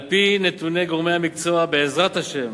על-פי נתוני גורמי המקצוע, בעזרת השם